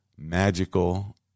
magical